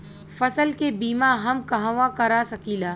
फसल के बिमा हम कहवा करा सकीला?